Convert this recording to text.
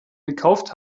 gekauft